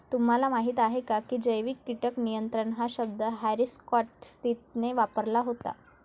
तुम्हाला माहीत आहे का की जैविक कीटक नियंत्रण हा शब्द हॅरी स्कॉट स्मिथने वापरला होता?